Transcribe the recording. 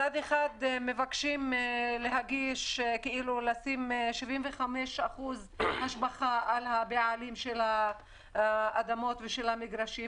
מצד אחד מבקשים להטיל 75% השבחה על הבעלים של האדמות והמגרשים,